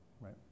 right